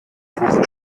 buche